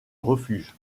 refuge